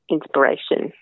Inspiration